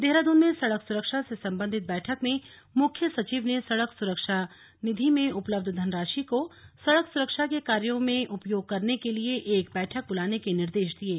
देहरादून में सड़क सुरक्षा से संबंधित बैठक में मुख्य सचिव ने सड़क सुरक्षा निधि में उपलब्ध धनराशि को सड़क सुरक्षा के कार्यों में उपयोग करने के लिए एक बैठक बुलाने के निर्देश दिये